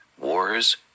wars